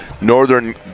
northern